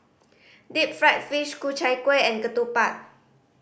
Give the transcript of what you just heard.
deep fried fish Ku Chai Kueh and ketupat